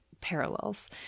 parallels